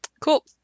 Cool